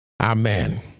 Amen